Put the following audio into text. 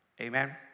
Amen